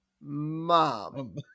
Mom